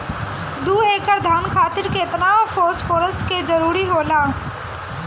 दु एकड़ धान खातिर केतना फास्फोरस के जरूरी होला?